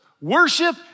worship